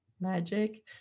magic